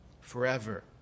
forever